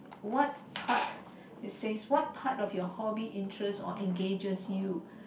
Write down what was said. what part it says what part of your hobby interests or engages you